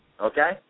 okay